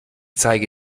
zeige